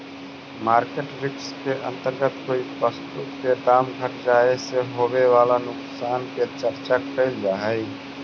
market risk के अंतर्गत कोई वस्तु के दाम घट जाए से होवे वाला नुकसान के चर्चा कैल जा हई